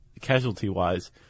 casualty-wise